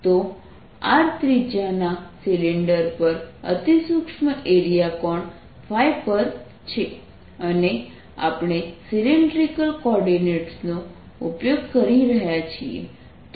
તો r ત્રિજ્યાના cylinder પર અતિ સૂક્ષ્મ એરિયા કોણ પર છે અને આપણે સલિન્ડ્રિકલ કોઓર્ડિનેટ્સનો ઉપયોગ કરી રહ્યા છીએ